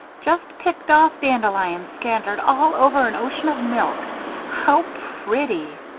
just picked-off dandelions scattered all over an ocean of milk how pretty!